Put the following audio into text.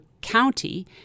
county